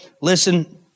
Listen